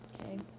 Okay